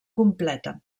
completa